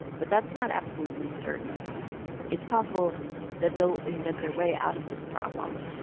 but that's not absolutely certain it's possible that they'll invent their way out of this problem.